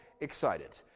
excited